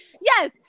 Yes